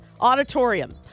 Auditorium